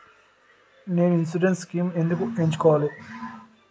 నేను insurance schemes ఎందుకు ఎంచుకోవాలి?